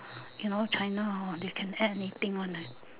you know china hor they can add anything one eh